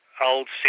Old